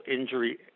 injury